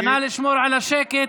נא לשמור על השקט,